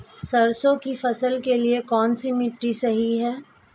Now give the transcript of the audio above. सरसों की फसल के लिए कौनसी मिट्टी सही हैं?